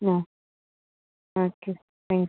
am okay